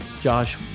Josh